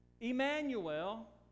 Emmanuel